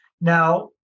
Now